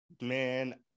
Man